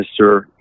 Mr